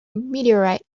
meteorite